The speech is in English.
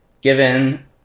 given